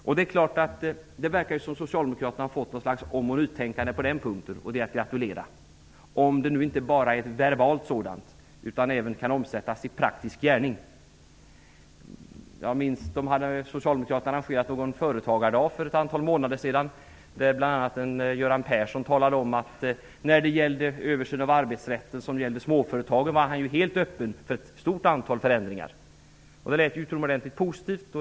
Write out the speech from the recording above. Det är klart att det verkar som om Socialdemokraterna har nått något slags om och nytänkande på den punkten. Det är att gratulera, om det nu inte bara är ett verbalt sådant, utan även kan omsättas i praktisk gärning. Socialdemokraterna hade arrangerat någon företagardag för ett antal månader sedan. Där talade bl.a. Göran Persson om att när det gällde översyn av arbetsrätten i den del som gällde småföretag var han helt öppen för ett stort antal förändringar. Det lät ju utomordentligt positivt.